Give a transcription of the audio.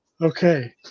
Okay